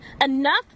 Enough